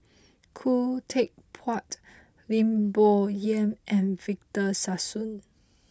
Khoo Teck Puat Lim Bo Yam and Victor Sassoon